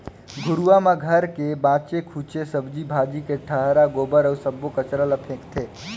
घुरूवा म घर के बाचे खुचे सब्जी भाजी के डठरा, गोबर अउ सब्बो कचरा ल फेकथें